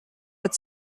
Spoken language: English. bud